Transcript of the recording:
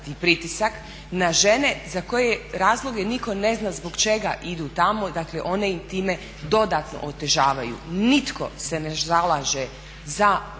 pritisak na žene za koje razloge nitko ne zna zbog čega idu tamo, dakle one im time dodatno otežavaju. Nitko se ne zalaže za